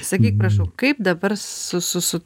sakyk prašau kaip dabar su su su